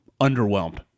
underwhelmed